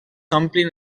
omplin